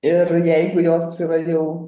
ir jeigu jos yra jau